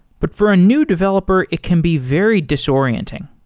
but for a new developer, it can be very disorienting.